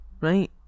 Right